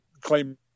claim